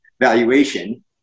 valuation